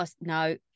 no